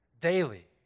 daily